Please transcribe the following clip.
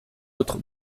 autre